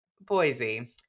Boise